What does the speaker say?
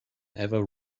ever